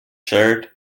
shared